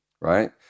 right